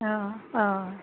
অঁ অঁ